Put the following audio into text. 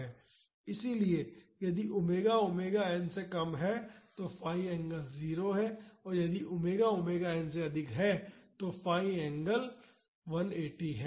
इसलिए यदि omega omega n से कम है तो फाई एंगल 0 है और यदि ओमेगा ओमेगा n से अधिक है तो फेज़ एंगल 180 है